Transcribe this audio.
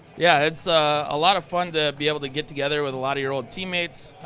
yeah, it's a lot of fun to be able to get together with a lot of your old teammates.